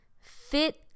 fit